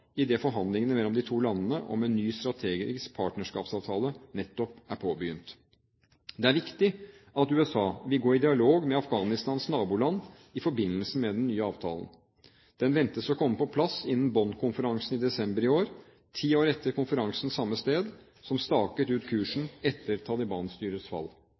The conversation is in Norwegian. klart, idet forhandlingene mellom de to landene om en ny strategisk partnerskapsavtale nettopp er påbegynt. Det er viktig at USA vil gå i dialog med Afghanistans naboland i forbindelse med den nye avtalen. Den ventes å komme på plass innen Bonn-konferansen i desember i år – ti år etter konferansen samme sted, som staket ut kursen etter Taliban-styrets fall.